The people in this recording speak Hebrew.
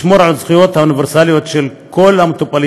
לשמור על הזכויות האוניברסליות של כל מטופל